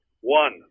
One